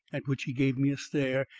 at which he gave me a stare,